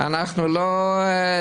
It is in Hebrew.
אבל זה מראה